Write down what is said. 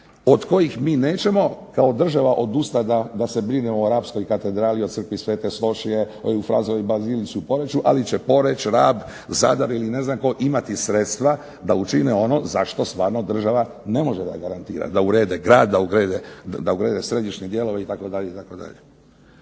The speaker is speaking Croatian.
od kojih mi nećemo kao država odustat da se brinemo o rapskoj katedrali, o Crkvi Sv. Stošije, Eufrazijevoj bazilici u Poreču, ali će Poreč, Rab, Zadar ili ne znam tko imati sredstva da učine ono za što stvarno država ne može garantirat, da urede grad, da urede središnje dijelove itd.,